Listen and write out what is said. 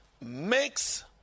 makes